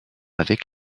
avec